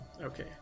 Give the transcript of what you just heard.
Okay